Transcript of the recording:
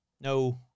No